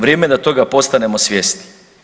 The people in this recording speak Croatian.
Vrijeme je da toga postanemo svjesni.